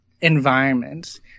environment